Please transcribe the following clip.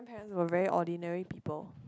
grandparents we were very ordinary people